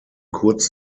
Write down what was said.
kurz